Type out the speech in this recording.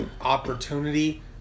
opportunity